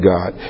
God